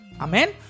Amen